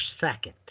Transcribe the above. second